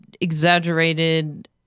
exaggerated